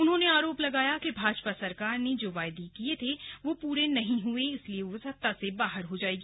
उन्होंने आरोप लगाया कि भाजपा सरकार ने जो वायदे किये थे वो पूरे नहीं हुए इसलिए वह सत्ता से बाहर होगी